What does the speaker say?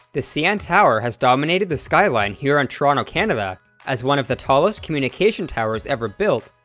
the cn tower has dominated the skyline here in toronto, canada as one of the tallest communication towers ever built,